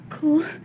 cool